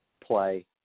play